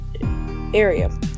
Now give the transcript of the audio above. area